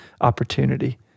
opportunity